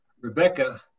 Rebecca